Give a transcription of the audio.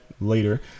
later